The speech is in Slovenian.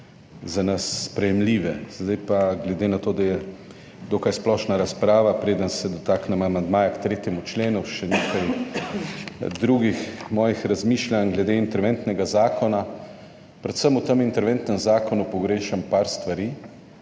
za nas sprejemljive. Zdaj pa, glede na to, da je dokaj splošna razprava preden se dotaknem amandmaja k 3. členu, še nekaj drugih mojih razmišljanj glede interventnega zakona. Predvsem v tem interventnem zakonu pogrešam par stvari.